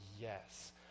Yes